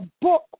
book